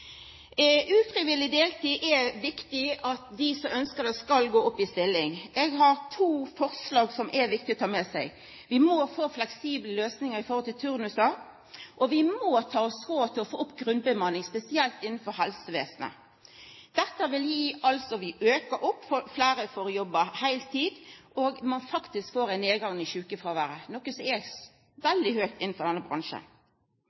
ufrivillig deltid: Det er viktig at dei som ønskjer det, skal gå opp i stilling. Eg har to forslag som er viktige å ta med seg. Vi må få fleksible løysingar i høve til turnusar, og vi må ta oss råd til å få opp grunnbemanninga, spesielt innafor helsevesenet. Dette vil gjera at fleire får jobba heiltid, og ein vil faktisk få ein nedgang i sjukefråveret, som er